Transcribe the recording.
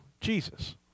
Jesus